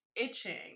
Itching